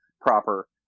proper